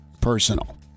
personal